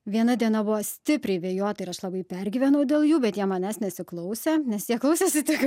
viena diena buvo stipriai vėjuota ir aš labai pergyvenau dėl jų bet jie manęs nesiklausė nes jie klausėsi tik